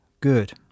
good